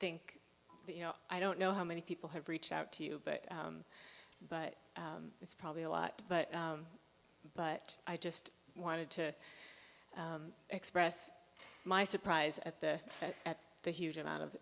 think you know i don't know how many people have reached out to you but but it's probably a lot but but i just wanted to express my surprise at the at the huge amount of